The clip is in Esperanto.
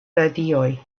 radioj